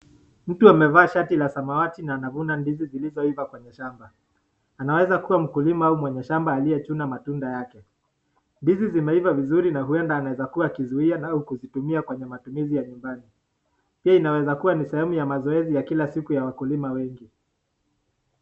Mtu amevaa shati la samawati na anavuna ndizi zilizoiva kwenye shamba. Anaweza kuwa mkulima au mwenye shamba aliyechuna matunda yake. Ndizi zimeiva vizuri na huenda amekuwa akizuia au kuzitumia kwenye matumizi ya nyumbani. Pia inaweza kuwa ni sehemu ya mazoezi ya Kila siku ya wakulima wetu.